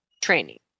training